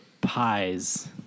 pies